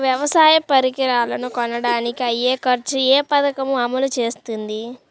వ్యవసాయ పరికరాలను కొనడానికి అయ్యే ఖర్చు ఏ పదకము అమలు చేస్తుంది?